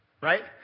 right